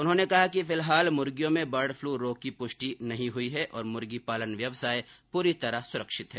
उन्होंने कहा कि फिलहाल मुर्गियों में बर्ड फ्लू रोग की पुष्टि नहीं हुई है और मुर्गीपालन व्यवसाय पूरी तरह सुरक्षित है